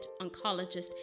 oncologist